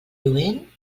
lluent